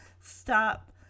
stop